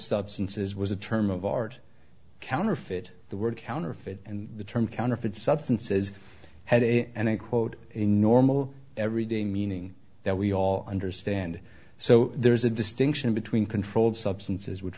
substances was a term of art counterfeit the word counterfeit and the term counterfeit substances had end quote in normal everyday meaning that we all understand so there's a distinction between controlled substances which